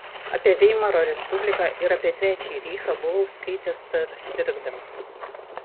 apie veimaro respubliką ir apie trečiąjį reichą buvau skaitęs dar sirgdamas